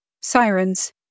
Sirens